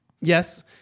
Yes